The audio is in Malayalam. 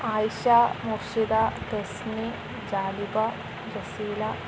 ആയിഷ മുർഷിത തെസ്മി ജാലിബ ജസീല